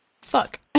Fuck